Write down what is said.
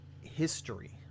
history